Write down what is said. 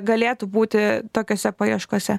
galėtų būti tokiose paieškose